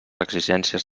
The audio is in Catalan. exigències